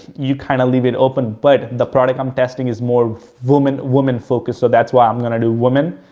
you kind of leave it open, but the product i'm testing is more women, women focused, so that's why i'm going to do women.